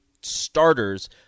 starters